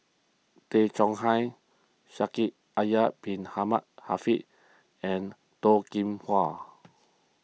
Tay Chong Hai Shaikh Yahya Bin Ahmed Afifi and Toh Kim Hwa